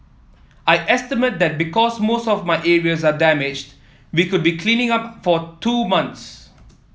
I estimate that because most of my areas are damaged we could be cleaning up for two months